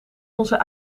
onze